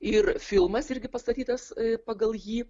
ir filmas irgi pastatytas pagal jį